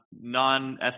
non